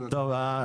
טוב,